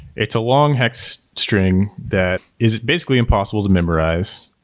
it's a long hex string that is basically impossible to memorize.